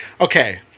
Okay